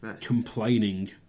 complaining